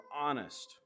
honest